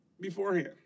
beforehand